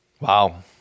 Wow